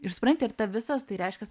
ir supranti ir ta visas tai reiškias